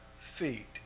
feet